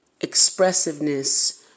expressiveness